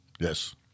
Yes